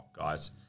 Guys